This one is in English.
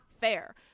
fair